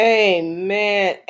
amen